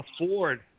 afford